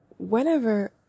whenever